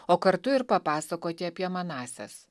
o kartu ir papasakoti apie manąsias